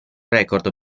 record